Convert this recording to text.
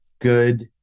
good